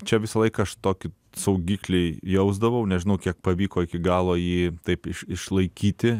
čia visą laiką aš tokį saugiklį jausdavau nežinau kiek pavyko iki galo jį taip išlaikyti